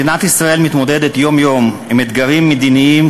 מדינת ישראל מתמודדת יום-יום עם אתגרים מדיניים,